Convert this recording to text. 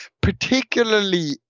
particularly